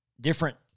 different